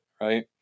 right